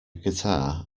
guitar